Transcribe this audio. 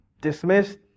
dismissed